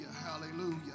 hallelujah